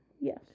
Yes